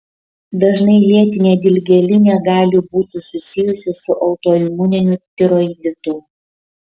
dažnai lėtinė dilgėlinė gali būti susijusi su autoimuniniu tiroiditu